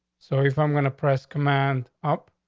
so if i'm going to press command up,